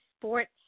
sports